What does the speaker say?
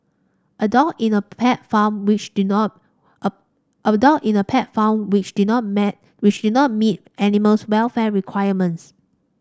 a dog in a pet farm which did not a a dog in a pet farm which did not man which did not meet animals welfare requirements